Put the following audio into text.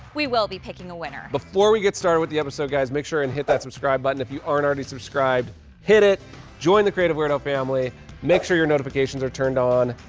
we will be picking a winner before we get started with the episode guys make sure and hit that subscribe button if you aren't already subscribed hit it join the creative weirdo family make sure your notifications are turned on